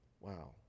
Wow